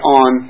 on